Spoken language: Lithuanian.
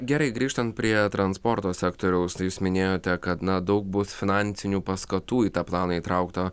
gerai grįžtant prie transporto sektoriaus tai jūs minėjote kad na daug bus finansinių paskatų į tą planą įtraukta